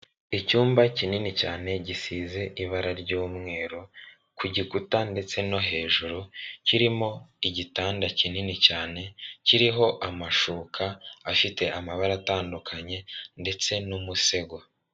Icyumba kinini cyane gisize ibara ry'umweru ku gikuta ndetse no hejuru kirimo igitanda kinini cyane kiriho amashuka afite amabara atandukanye ndetse n'umusego.